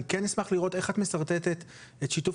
אני כן אשמח לראות איך את משרטטת את שיתוף